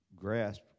grasp